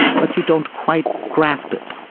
but you don't quite grasp it.